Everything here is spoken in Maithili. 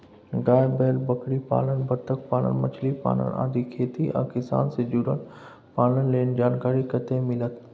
गाय, बैल, बकरीपालन, बत्तखपालन, मछलीपालन आदि खेती आ किसान से जुरल पालन लेल जानकारी कत्ते मिलत?